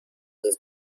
has